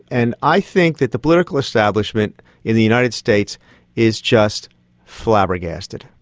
and i think that the political establishment in the united states is just flabbergasted.